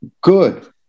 good